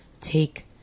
take